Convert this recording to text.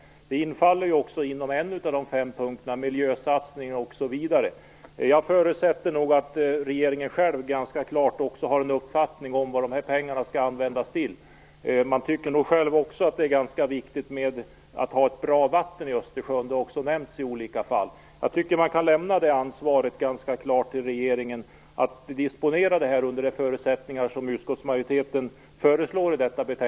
Det faller också under en av de fem punkterna, nämligen "Miljösatsningar, osv". Jag förutsätter att regeringen själv har en ganska klar uppfattning om vad dessa pengar skall användas till. Regeringen tycker nog också att det är viktigt att ha ett bra vatten i Östersjön, vilket har nämnts i olika fall. Man kan lämna ansvaret till regeringen att disponera pengarna under de förutsättningar som utskottsmajoriteten föreslår i betänkandet.